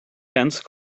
dense